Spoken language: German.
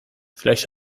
vielleicht